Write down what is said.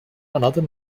another